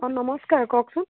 অঁ নমস্কাৰ কওকচোন